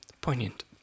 poignant